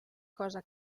cosa